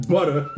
Butter